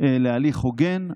להליך הוגן,